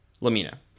Lamina